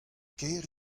ker